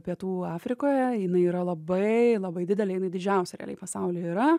pietų afrikoje jinai yra labai labai didelė jinai didžiausia realiai pasauly yra